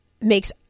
makes